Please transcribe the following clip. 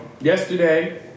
yesterday